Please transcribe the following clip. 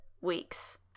weeks